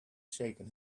shaken